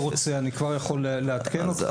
אני כבר יכול לעדכן אותך,